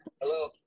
Hello